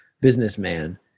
businessman